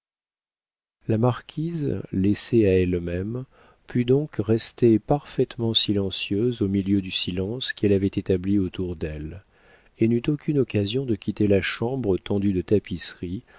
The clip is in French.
la marquise laissée à elle-même put donc rester parfaitement silencieuse au milieu du silence qu'elle avait établi autour d'elle et n'eut aucune occasion de quitter la chambre tendue de tapisseries